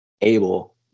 able